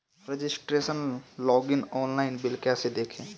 Registration login online bill कैसे देखें?